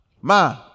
ma